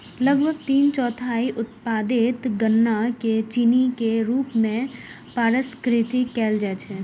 लगभग तीन चौथाई उत्पादित गन्ना कें चीनी के रूप मे प्रसंस्कृत कैल जाइ छै